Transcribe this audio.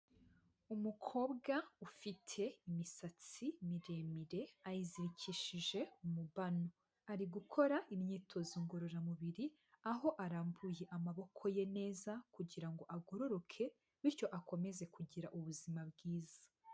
Umukobwa ufite imisatsi miremire ayizirikishije umubano, ari gukora imyitozo ngororamubiri aho arambuye amaboko ye neza kugira ngo agororoke bityo akomeze kugira ubuzima bwiza.